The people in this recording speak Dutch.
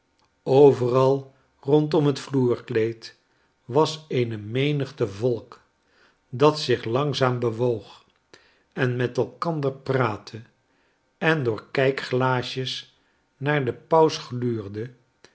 overal rondom het vloerkleed was eene menigte volk dat zich langzaam bewoog en met elkander praatte en door kijkglaasjes naar den pausgluurde